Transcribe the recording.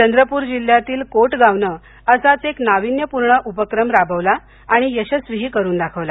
चंद्रपूर जिल्ह्यातील कोटगावनं असाच एक नाविन्यपूर्ण उपक्रम राबवला आणि यशस्वीही करून दाखवला